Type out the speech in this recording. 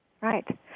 right